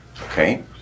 Okay